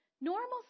Normal